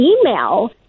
email